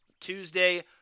Tuesday